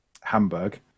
Hamburg